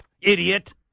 idiot